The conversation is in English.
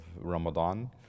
Ramadan